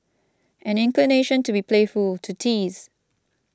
an inclination to be playful to tease